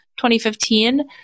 2015